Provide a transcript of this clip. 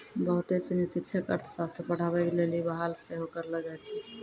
बहुते सिनी शिक्षक अर्थशास्त्र पढ़ाबै लेली बहाल सेहो करलो जाय छै